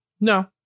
No